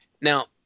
Now